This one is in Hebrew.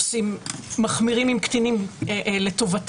אנחנו מחמירים עם קטינים לטובתם.